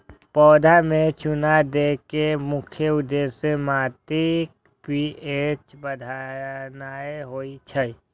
पौधा मे चूना दै के मुख्य उद्देश्य माटिक पी.एच बढ़ेनाय होइ छै